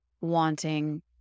wanting